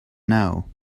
know